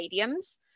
stadiums